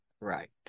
right